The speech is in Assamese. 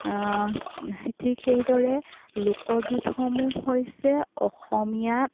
ঠিক সেইদৰে লোকগীতসমূহ হৈছে অসমীয়া